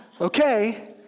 Okay